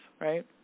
right